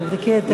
תבדקי היטב.